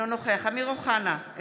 אינו נוכח אמיר אוחנה,